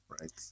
right